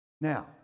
Now